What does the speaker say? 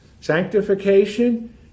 Sanctification